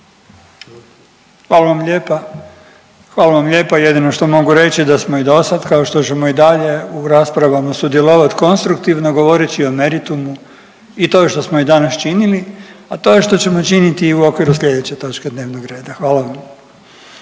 hvala vam lijepa, hvala vam lijepa, jedino što mogu reći da smo i dosad kao što ćemo i dalje u raspravama sudjelovat konstruktivno govoreći o meritumu i to što smo i danas činili, a to je što ćemo činiti i u okviru slijedeće točke dnevnog reda, hvala vam.